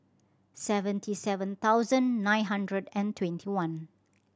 seventy seven thousand nine hundred and twenty one